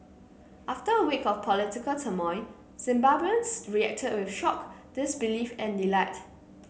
after a week of political turmoil Zimbabweans reacted with shock disbelief and delight